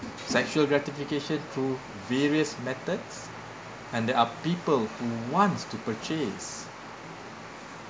sexual gratification through various methods and there are people who wants to purchase